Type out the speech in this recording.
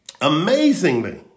Amazingly